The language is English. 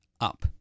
up